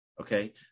okay